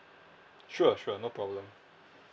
sure sure no problem